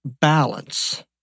balance